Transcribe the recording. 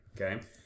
okay